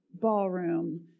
ballroom